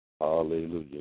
hallelujah